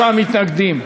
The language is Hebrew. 49 מתנגדים,